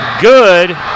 good